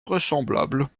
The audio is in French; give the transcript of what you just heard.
vraisemblable